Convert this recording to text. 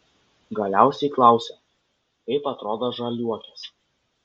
galiausiai klausia kaip atrodo žaliuokės